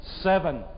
Seven